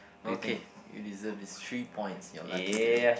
okay you deserve these three point you're lucky today